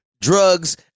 drugs